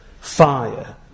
fire